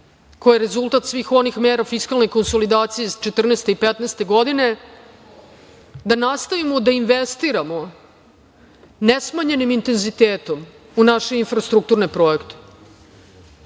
koja je rezultat svih onih mera fiskalne konsolidacije 2014. i 2015. godine, da nastavimo da investiramo ne smanjenim intenzitetom u naše infrastrukturne projekte